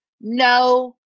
No